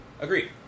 Agreed